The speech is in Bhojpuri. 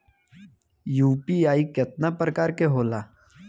यू.पी.आई केतना प्रकार के होला?